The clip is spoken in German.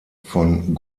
von